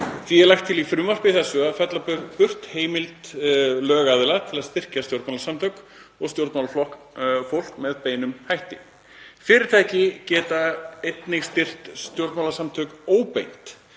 Því er lagt til í frumvarpi þessu að fella brott heimild lögaðila til að styrkja stjórnmálasamtök og stjórnmálafólk með beinum hætti. Fyrirtæki geta einnig styrkt stjórnmálasamtök óbeint.